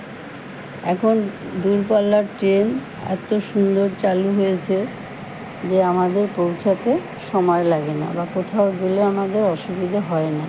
এখন দূরপাল্লার ট্রেন এত সুন্দর চালু হয়েছে যে আমাদের পৌঁছাতে সময় লাগে না বা কোথাও গেলেও আমাদের অসুবিধে হয় না